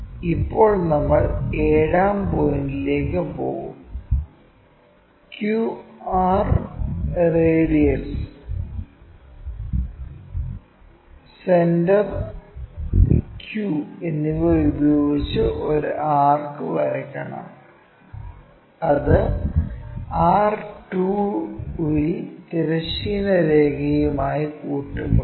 ഇപ്പോൾ നമ്മൾ ഏഴാം പോയിൻറ്ലേക്ക് പോകും q r radius centre q എന്നിവ ഉപയോഗിച്ച് ഒരു ആർക്ക് വരയ്ക്കണം അത് r2 ൽ തിരശ്ചീന രേഖയുമായി കൂട്ടിമുട്ടും